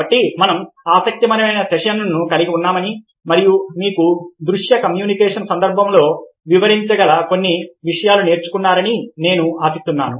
కాబట్టి మనం ఒక ఆసక్తికరమైన సెషన్ను కలిగి ఉన్నామని మరియు మీరు దృశ్య కమ్యూనికేషన్ సందర్భంలో ఉపయోగించగల కొన్ని విషయాలను నేర్చుకున్నారని నేను ఆశిస్తున్నాను